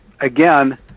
Again